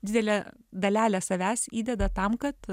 didelę dalelę savęs įdeda tam kad